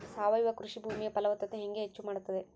ಸಾವಯವ ಕೃಷಿ ಭೂಮಿಯ ಫಲವತ್ತತೆ ಹೆಂಗೆ ಹೆಚ್ಚು ಮಾಡುತ್ತದೆ?